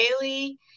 daily